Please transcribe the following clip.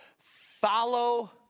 follow